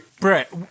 Brett